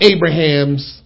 Abraham's